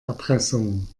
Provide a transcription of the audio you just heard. erpressung